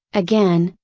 again,